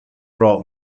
pro